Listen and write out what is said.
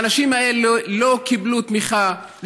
האנשים האלו לא קיבלו תמיכה,